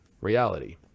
reality